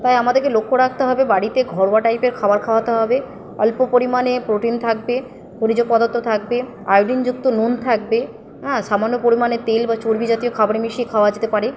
তাই আমাদেরকে লক্ষ্য রাখতে হবে বাড়িতে ঘরোয়া টাইপের খাবার খাওয়াতে হবে অল্প পরিমাণে প্রোটিন থাকবে খনিজ পদার্থ থাকবে আয়োডিনযুক্ত নুন থাকবে হ্যাঁ সামান্য পরিমাণে তেল বা চর্বি জাতীয় খাবারে মিশিয়ে খাওয়া যেতে পারে